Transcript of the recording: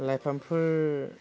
लाइफांफोर